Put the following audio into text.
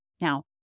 Now